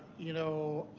you know,